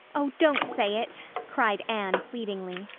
oh, don't say it, cried anne, pleadingly.